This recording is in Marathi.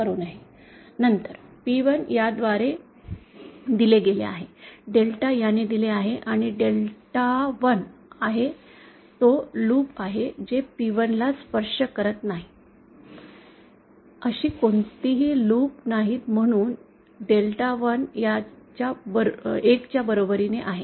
तर नंतर P1 याद्वारे दिले गेले आहे डेल्टा याने दिलेला आहे आणि डेल्टा 1 आहे तो लूप आहे जे P1 ला स्पर्श करत नाहीत अशी कोणतीही लूप नाहीत म्हणून डेल्टा 1 याच्या बरोबरीने आहे